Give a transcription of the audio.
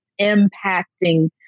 impacting